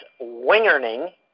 Wingerning